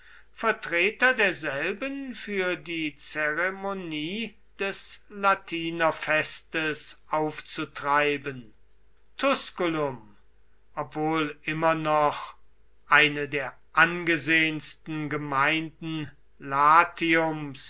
vertreter derselben für die zeremonie des latinerfestes aufzutreiben tusculum obwohl immer noch eine der angesehensten gemeinden latiums